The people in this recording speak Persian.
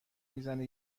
میزنه